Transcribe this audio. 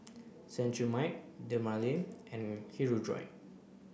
Cetrimide Dermale and Hirudoid